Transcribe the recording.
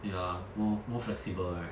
ya more more flexible right